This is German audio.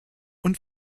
und